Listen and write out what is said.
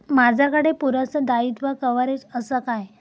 माजाकडे पुरासा दाईत्वा कव्हारेज असा काय?